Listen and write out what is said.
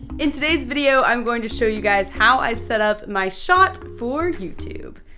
in today's video, i'm going to show you guys how i set up my shot for youtube.